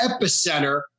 epicenter